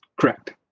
Correct